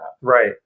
Right